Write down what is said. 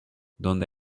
donde